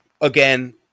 again